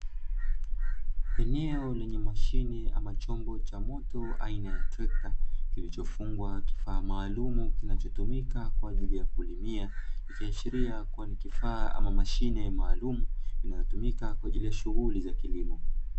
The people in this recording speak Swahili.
Eneo lenye mashine ama chombo cha moto aina ya trekta kilichofungwa kifaa maalumu, kinachotumika kwa ajili ya kulimia ikiashiria kuwa nikifaa ama mashine maalumu inayotumika kwa ajili ya shughuli za kilimo.